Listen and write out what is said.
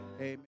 amen